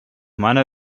meiner